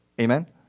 Amen